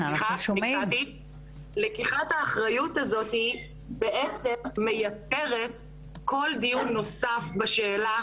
לקיחת האחריות בעצם מייתרת כל דיון נוסף בשאלה